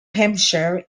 hampshire